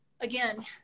again